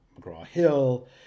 McGraw-Hill